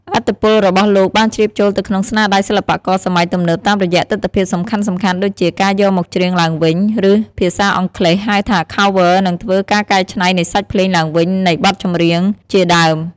ឥទ្ធិពលរបស់លោកបានជ្រាបចូលទៅក្នុងស្នាដៃសិល្បករសម័យទំនើបតាមរយៈទិដ្ឋភាពសំខាន់ៗដូចជា ការយកមកច្រៀងឡើងវិញ ឬភាសាអង់គ្លេស ហៅថា Cover និងធ្វើ ការកែច្នៃនៃសាច់ភ្លេងឡើងវិញ នៃបទចម្រៀងជាដើម ។